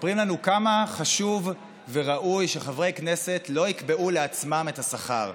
כמה חשוב וראוי שחברי כנסת לא יקבעו לעצמם את השכר.